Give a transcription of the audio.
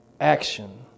Action